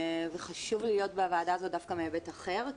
וחשוב לי להיות בוועדה הזאת דווקא מהיבט אחר,